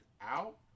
out